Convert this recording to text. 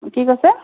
কি কৈছে